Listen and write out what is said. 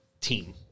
team